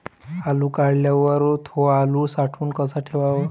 आलू काढल्यावर थो आलू साठवून कसा ठेवाव?